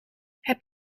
heb